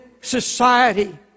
society